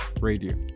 radio